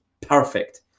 perfect